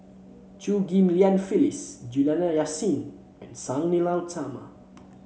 Chew Ghim Lian Phyllis Juliana Yasin and Sang Nila Utama